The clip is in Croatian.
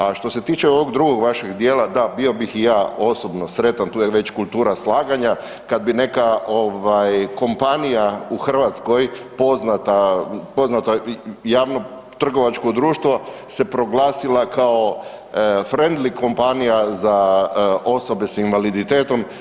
A što se tiče ovog drugog vašeg djela, da bio bih i ja osobno sretan, tu je već kultura slaganja kad bi neka ova kompanija u Hrvatskoj poznata, javno trgovačko društvo se proglasila kao friendly kompanija za osobe sa invaliditetom.